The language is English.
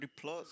plus